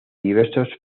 diversos